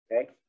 Okay